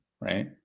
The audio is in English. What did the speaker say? right